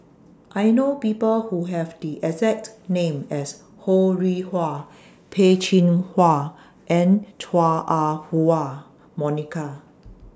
I know People Who Have The exact name as Ho Rih Hwa Peh Chin Hua and Chua Ah Huwa Monica